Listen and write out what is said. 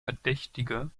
verdächtige